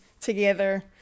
together